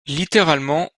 littéralement